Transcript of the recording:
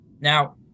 Now